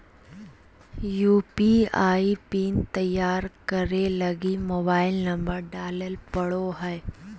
UPI pin तैयार करे लगी मोबाइल नंबर डाले पड़ो हय